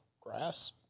Grass